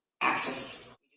access